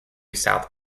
south